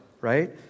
right